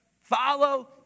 follow